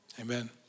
Amen